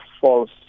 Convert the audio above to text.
false